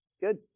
Good